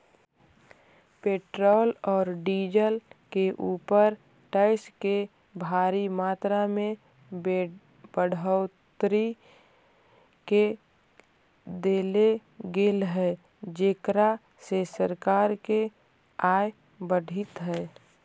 petrol औउर diesel के ऊपर टैक्स के भारी मात्रा में बढ़ोतरी कर देले गेल हई जेकरा से सरकार के आय बढ़ीतऽ हई